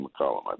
McCollum